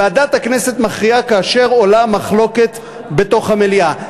ועדת הכנסת מכריעה כאשר עולה מחלוקת בתוך המליאה.